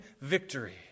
victory